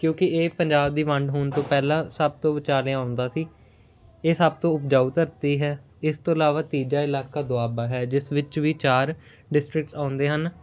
ਕਿਉਂਕਿ ਇਹ ਪੰਜਾਬ ਦੀ ਵੰਡ ਹੋਣ ਤੋਂ ਪਹਿਲਾਂ ਸਭ ਤੋਂ ਵਿਚਾਲੇ ਆਉਂਦਾ ਸੀ ਇਹ ਸਭ ਤੋਂ ਉਪਜਾਊ ਧਰਤੀ ਹੈ ਇਸ ਤੋਂ ਇਲਾਵਾ ਤੀਜਾ ਇਲਾਕਾ ਦੁਆਬਾ ਹੈ ਜਿਸ ਵਿੱਚ ਵੀ ਚਾਰ ਡਿਸਟਰਿਕਟਸ ਆਉਂਦੇ ਹਨ